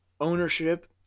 ownership